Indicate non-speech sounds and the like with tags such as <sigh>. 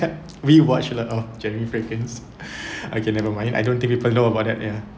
we watch a lot of genuine fragrance <breath> okay never mind I don't think people know about that ya